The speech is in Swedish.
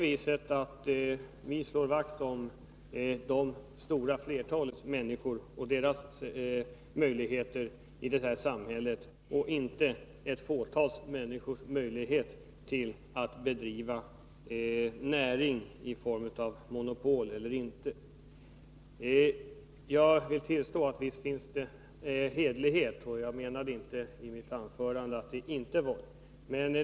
Vi slår vakt om det stora flertalet människor och deras möjligheter i det här samhället och inte om ett fåtal människors möjlighet att bedriva näring vare sig det sker i form av monopol eller inte. Jag vill tillstå att det visst finns hederlighet. Jag menade inte i mitt anförande att det inte fanns.